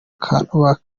kanumba